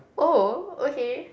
oh okay